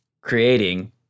creating